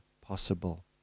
possible